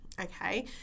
Okay